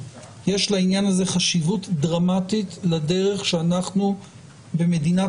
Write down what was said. יש לעניין הזה חשיבות דרמטית לדרך שאנחנו במדינת